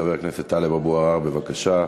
חבר הכנסת טלב אבו עראר, בבקשה.